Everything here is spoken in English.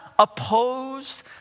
opposed